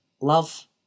love